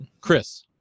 Chris